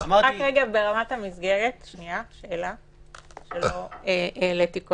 שאלה ברמת המסגרת.